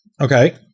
Okay